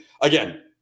again